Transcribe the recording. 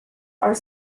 are